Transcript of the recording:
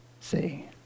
see